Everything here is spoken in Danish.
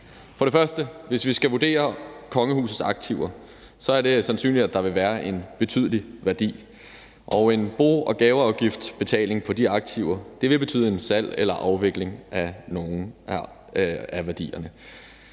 For det første: Hvis vi skal vurdere kongehusets aktiver, er det sandsynligt, at der vil være en betydelig værdi, og en bo- og gaveafgiftsbetaling på de aktiver vil betyde salg eller afvikling af nogle af værdierne.